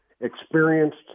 experienced